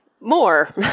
more